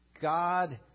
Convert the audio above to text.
God